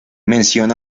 mención